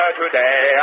today